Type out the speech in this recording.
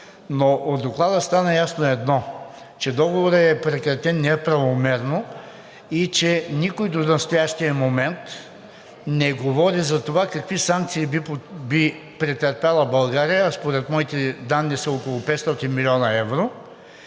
но от Доклада стана ясно едно – че Договорът е прекратен неправомерно и че никой до настоящия момент не говори за това какви санкции би претърпяла България, а според моите данни са около 500 млн. евро,